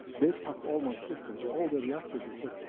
they packed all my systems, all their reactors, and said,